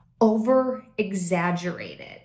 over-exaggerated